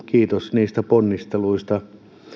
kiitos niistä ponnisteluista